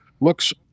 looks